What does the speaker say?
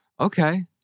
Okay